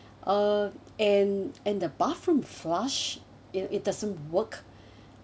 uh and and the bathroom flush it~ it doesn't work